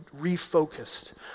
refocused